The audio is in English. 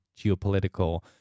geopolitical